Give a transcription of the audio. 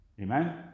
Amen